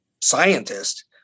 scientist